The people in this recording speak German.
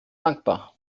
dankbar